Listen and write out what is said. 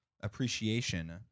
appreciation